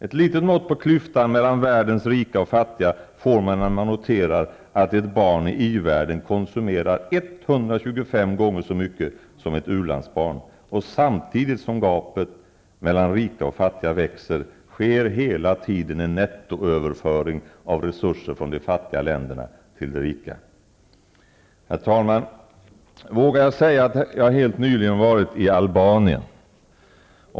Ett litet mått på klyftan mellan världens rika och fattiga får man när man noterar att ett barn i ivärlden konsumerar 125 gånger så mycket som ett u-landsbarn. Och samtidigt som gapet mellan rika och fattiga växer, sker hela tiden en nettoöverföring av resurser från de fattiga länderna till de rika. Herr talman! Vågar jag säga att jag helt nyligen varit i Albanien?